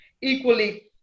equally